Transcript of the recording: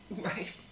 Right